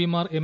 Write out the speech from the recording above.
പിമാർ എം